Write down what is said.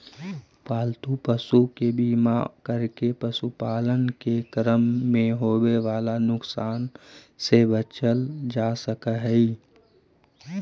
पालतू पशु के बीमा करके पशुपालन के क्रम में होवे वाला नुकसान से बचल जा सकऽ हई